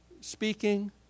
speaking